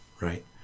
right